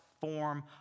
form